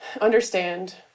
understand